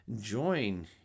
join